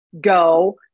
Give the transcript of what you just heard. go